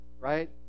Right